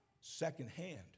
secondhand